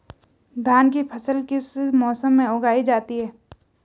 धान की फसल किस मौसम में उगाई जाती है?